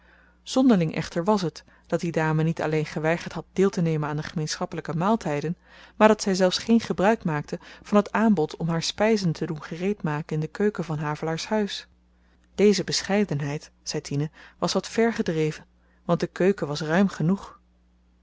zonderling echter was het dat die dame niet alleen geweigerd had deeltenemen aan de gemeenschappelyke maaltyden maar dat zy zelfs geen gebruik maakte van t aanbod om haar spyzen te doen gereed maken in de keuken van havelaars huis deze bescheidenheid zei tine was wat ver gedreven want de keuken was ruim genoeg